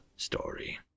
Story